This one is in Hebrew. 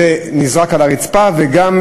ונזרק על הרצפה, וגם,